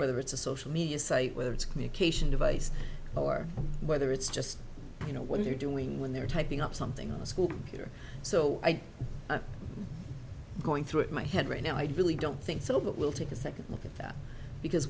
whether it's a social media site whether it's a communication device or whether it's just you know what they're doing when they're typing up something on a school or so i going through my head right now i really don't think so but we'll take a second look at that because